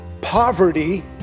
poverty